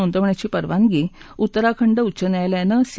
नोंदवण्याची परवानगी उत्तराखंड उच्च न्यायालयानं सी